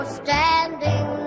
standing